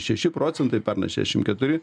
šeši procentai pernai šešim keturi